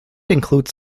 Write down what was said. includes